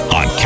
on